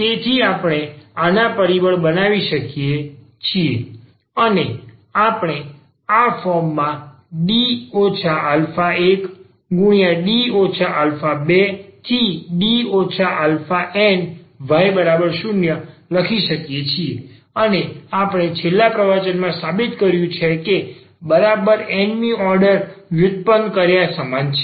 તેથી આપણે આને પરિબળ બનાવી શકીએ છીએ અને આપણે આ ફોર્મમાં D 1D 2⋯y0 લખી શકીએ છીએ અને આપણે છેલ્લા પ્રવચનમાં સાબિત કર્યું છે કે આ બરાબર આ n મી ઓર્ડર વ્યુત્પન્ન કર્યા સમાન છે